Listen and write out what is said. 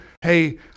Hey